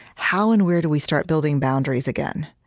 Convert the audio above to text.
how and where do we start building boundaries again?